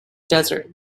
desert